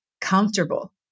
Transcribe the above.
comfortable